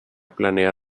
planea